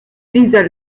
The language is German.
dieser